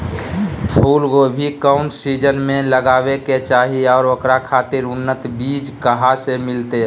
फूलगोभी कौन सीजन में लगावे के चाही और ओकरा खातिर उन्नत बिज कहा से मिलते?